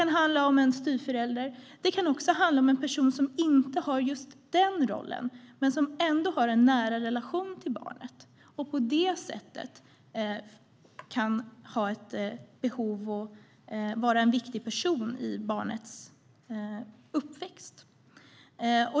Det kan vara en styvförälder, eller också kan det vara en person som inte har just föräldrarollen men som ändå har en nära relation till barnet och på det sättet är viktig under barnets uppväxt.